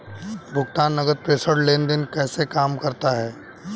भुगतान नकद प्रेषण लेनदेन कैसे काम करता है?